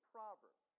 Proverbs